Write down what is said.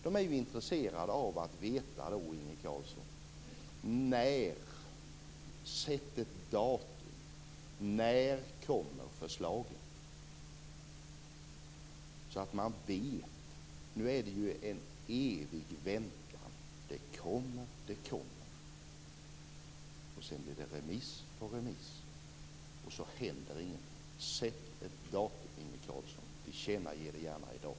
De är intresserade av att veta när förslaget kommer, Inge Carlsson. Sätt ett datum! Nu är det en evig väntan. Det kommer, det kommer. Sedan blir det remiss på remiss. Sedan händer ingenting. Sätt ett datum, Inge Carlsson. Tillkännage det gärna i dag.